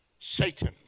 Satan